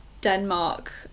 denmark